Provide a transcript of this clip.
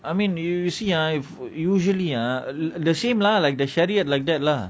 I mean you you see ah if usually ah the same lah like the chariot like that lah